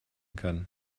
kann